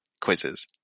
quizzes